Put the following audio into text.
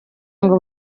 ngo